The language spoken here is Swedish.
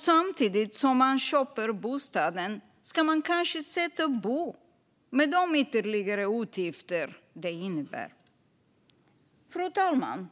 Samtidigt som man köper bostaden ska man kanske också sätta bo, med de ytterligare utgifter det innebär. Fru talman!